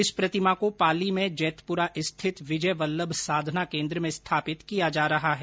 इस प्रतिमा को पाली में जेतपुरा स्थित विजय वल्लभ साधना केंद्र में स्थापित किया जा रहा है